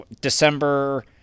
December –